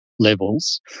Levels